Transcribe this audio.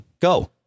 go